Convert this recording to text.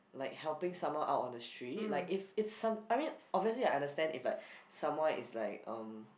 like helping someone out on the street like if it's some~ I mean obviously I understand if like someone is like um